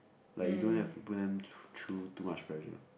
like you don't have to put them thr~ through too much pressure